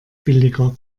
billiger